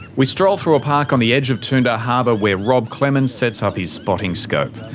we stroll through a park on the edge of toondah harbour, where rob clemens sets up his spotting scope.